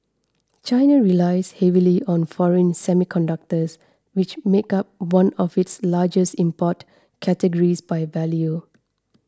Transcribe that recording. China relies heavily on foreign semiconductors which make up one of its largest import categories by value